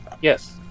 Yes